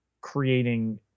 creating